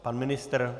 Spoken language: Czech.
Pan ministr?